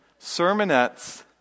Sermonettes